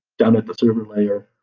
done at the server layer,